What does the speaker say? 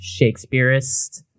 Shakespeareist